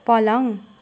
पलङ